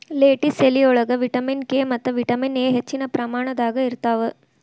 lettuce ಎಲಿಯೊಳಗ vitamin K ಮತ್ತ vitamin A ಹೆಚ್ಚಿನ ಪ್ರಮಾಣದಾಗ ಇರ್ತಾವ